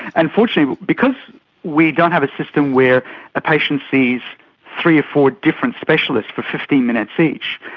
and fortunately because we don't have a system where a patient sees three or four different specialists for fifteen minutes each,